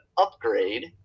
upgrade